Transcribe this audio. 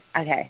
Okay